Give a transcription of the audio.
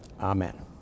Amen